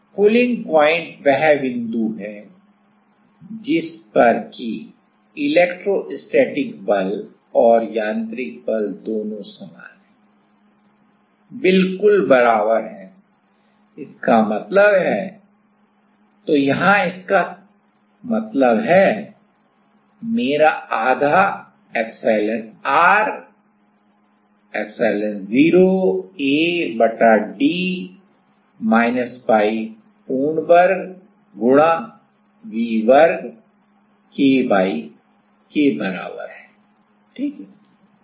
pulling point वह बिंदु है जिस पर कि इलेक्ट्रोस्टैटिक बल और यांत्रिक बल दोनों समान हैं बिल्कुल समान हैं इसका मतलब है तो यहाँ इसका मतलब है मेरा आधा epsilonr epsilon0 A बटा d घटा y पूरे वर्ग गुणा V वर्ग K y के बराबर है ठीक है